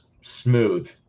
smooth